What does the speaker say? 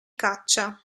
caccia